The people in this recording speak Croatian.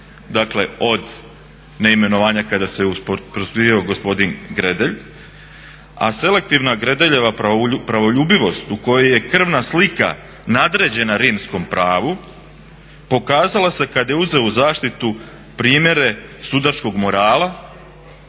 dakle od neimenovanja kada se usprotivio gospodin Gredelj, a selektivna Gredeljeva pravoljubivost u kojoj je krvna slika nadređena Rimskom pravu pokazala se kada je uzeo u zaštiti primjere sudačkog morala,